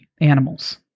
animals